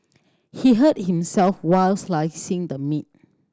he hurt himself while slicing the meat